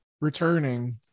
returning